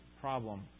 problem